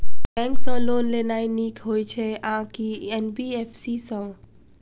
Bank सँ loan लेनाय नीक होइ छै आ की एन.बी.एफ.सी सँ?